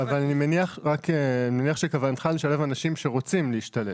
אבל אני מניח שכוונתך היא לשלב אנשים שרוצים להשתלב.